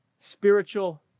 Spiritual